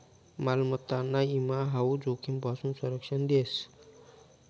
मालमत्ताना ईमा हाऊ जोखीमपासून संरक्षण देस